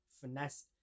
finesse